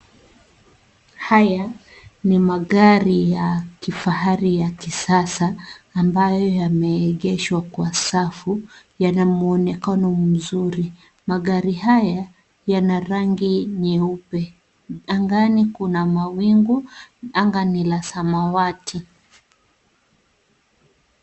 Haya ni magari ya kifahari ya kisasa, ambayo yameegeshwa kwa safu, yana mwonekano mzuri. Magari haya yana rangi nyeupe. Angani kuna mawingu. Anga ni la samawati.